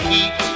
Heat